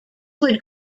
would